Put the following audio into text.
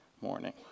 morning